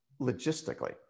logistically